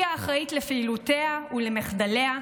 היא האחראית לפעולותיה ולמחדליה,